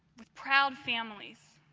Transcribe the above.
with proud families